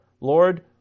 Lord